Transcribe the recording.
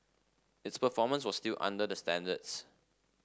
its performance was still under their standards